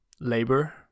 labor